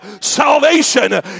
salvation